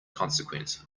consequence